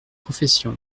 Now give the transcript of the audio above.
professions